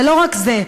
ולא רק זה,